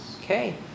Okay